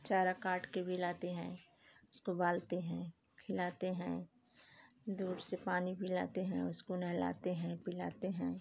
चारा काट के भी लाते हैं उसको गालते हैं खिलाते हैं दूर से पानी पिलाते हैं उसको नहलाते हैं पिलाते हैं